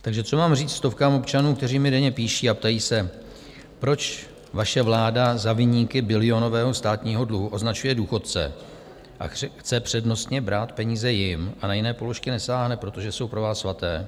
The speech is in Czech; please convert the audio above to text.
Takže co mám říct stovkám občanů, kteří mi denně píší a ptají se, proč vaše vláda za viníky bilionového státního dluhu označuje důchodce a chce přednostně brát peníze jim a na jiné položky nesáhne, protože jsou pro vás svaté?